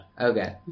Okay